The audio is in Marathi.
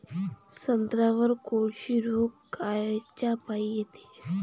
संत्र्यावर कोळशी रोग कायच्यापाई येते?